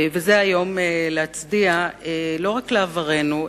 זה היום להצדיע לא רק לעברנו,